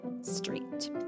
street